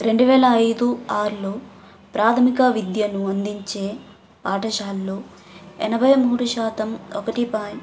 రెండు వేల ఐదు ఆరు లో ప్రాథమిక విద్యను అందించే పాఠశాలలు ఎనభై మూడు శాతం ఒకటి పాయింట్